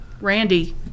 Randy